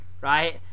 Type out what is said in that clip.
right